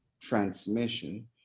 transmission